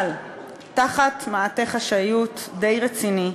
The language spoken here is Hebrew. אבל תחת מעטה חשאיות די רציני,